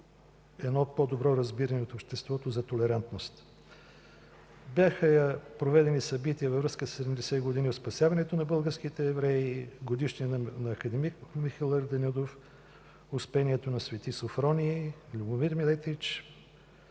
едно по-добро разбиране от обществото за толерантност. Бяха проведени събития във връзка със 70 години от спасяването на българските евреи, годишнина на академик Михаил Арнаудов, Успението на Свети Софроний, Любомир Милетич,